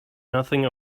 nothing